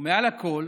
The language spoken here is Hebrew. ומעל הכול